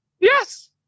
Yes